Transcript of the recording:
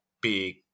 big